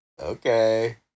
Okay